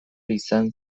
izan